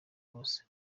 bose